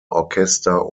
orchester